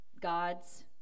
God's